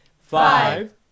Five